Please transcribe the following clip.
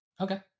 Okay